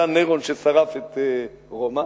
היה נירון ששרף את רומא.